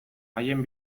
haien